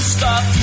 Stop